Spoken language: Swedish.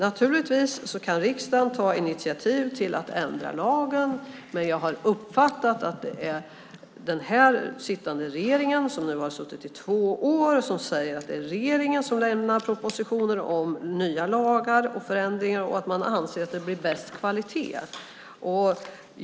Naturligtvis kan riksdagen ta initiativ till att ändra lagen, men jag har uppfattat att det är den sittande regeringen - som har suttit i två år - som anser att det är regeringen som lägger fram propositioner om nya lagar och förändringar och att det blir bäst kvalitet på så sätt.